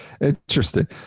Interesting